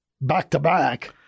back-to-back